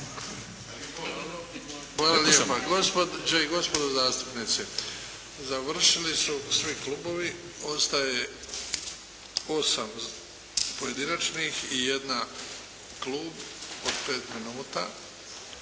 Hvala lijepa. Gospođe i gospodo zastupnici, završili su svi klubovi. Ostaje 8 pojedinačnih i jedna klub od 5 minuta.